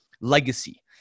legacy